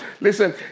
Listen